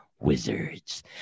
Wizards